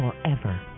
forever